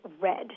red